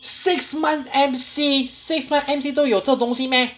six month M_C six month M_C 都有这种东西 meh